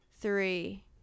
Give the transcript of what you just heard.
three